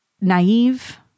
Naive